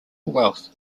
wealth